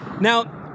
Now